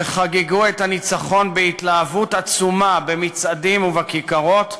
שחגגו את הניצחון בהתלהבות עצומה במצעדים ובכיכרות,